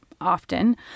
often